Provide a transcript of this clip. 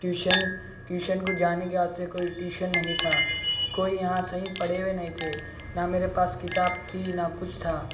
tuition tuition کو جانے کے واسطے کوئی ٹیوشن نہیں تھا کوئی یہاں صحیح پڑھے ہوئے نہیں تھے نہ میرے پاس کتاب تھی نہ کچھ تھا